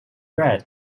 red